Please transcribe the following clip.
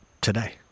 today